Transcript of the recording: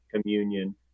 communion